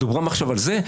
מדברים עכשיו על זה?